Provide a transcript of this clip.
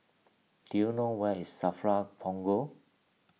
do you know where is Safra Punggol